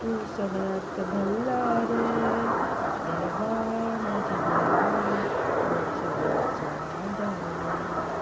तूं सगळ्यांत भरला रे देवा म्हज्या देवा तूं सगळ्यांचो आदार रे